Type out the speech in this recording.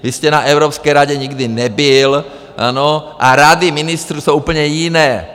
Vy jste na evropské radě nikdy nebyl a rady ministrů jsou úplně jiné.